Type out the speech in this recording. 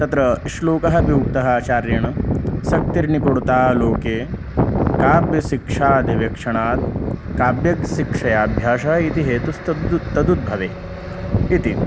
तत्र श्लोकः अपि उक्तः आचार्येण शक्तिर्निपुणता लोके काव्यशिक्षा अधिवेक्षणात् काव्यशिक्षयाभ्यासः इति हेतुस्तदुद्भवे इति